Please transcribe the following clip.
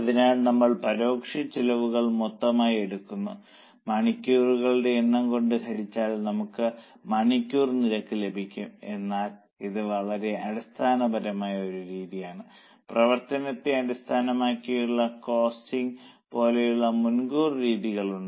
അതിനാൽ നമ്മൾ പരോക്ഷ ചെലവുകൾ മൊത്തമായി എടുക്കുന്നു മണിക്കൂറുകളുടെ എണ്ണം കൊണ്ട് ഹരിച്ചാൽ നമുക്ക് മണിക്കൂർ നിരക്ക് ലഭിക്കും എന്നാൽ ഇത് വളരെ അടിസ്ഥാനപരമായ ഒരു രീതിയാണ് പ്രവർത്തനത്തെ അടിസ്ഥാനമാക്കിയുള്ള കോസ്റ്റിങ് പോലുള്ള മുൻകൂർ രീതികൾ ഉണ്ട്